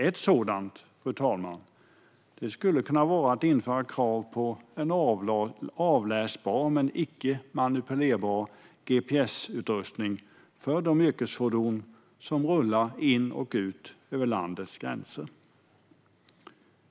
Ett sådant skulle kunna vara att införa krav på avläsbar, men icke manipulerbar, gps-utrustning för de yrkesfordon som rullar in och ut över landets gränser.